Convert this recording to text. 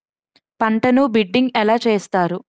పంటను బిడ్డింగ్ ఎలా చేస్తారు?